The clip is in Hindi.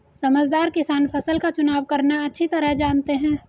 समझदार किसान फसल का चुनाव करना अच्छी तरह जानते हैं